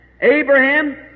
Abraham